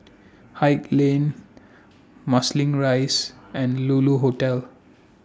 Haig Lane Marsiling Rise and Lulu Hotel